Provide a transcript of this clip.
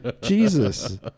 Jesus